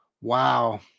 Wow